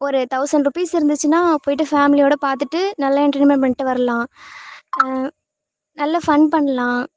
ஒரு thousand rupees இருந்துச்சுன்னால் போயிட்டு ஃபேம்லியோடு பார்த்துட்டு நல்லா எண்டர்டெயின்மெண்ட் பண்ணிட்டு வரலாம் நல்ல ஃபன் பண்ணலாம்